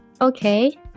okay